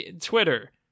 twitter